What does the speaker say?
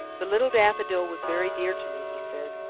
the little daffodil was very dear to me, he said.